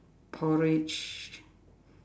porridge